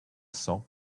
cents